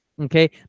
Okay